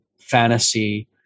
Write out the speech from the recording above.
fantasy